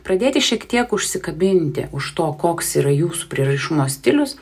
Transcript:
pradėti šiek tiek užsikabinti už to koks yra jūsų prieraišumo stilius